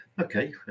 Okay